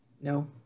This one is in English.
No